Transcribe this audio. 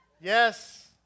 Yes